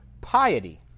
piety